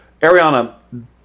Ariana